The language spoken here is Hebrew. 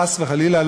חס וחלילה,